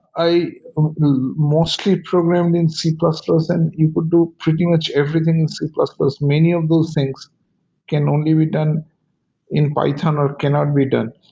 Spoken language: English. i mostly programmed in c plus plus and you could do pretty much everything in c plus plus. many of those things can only be done in python or cannot be done.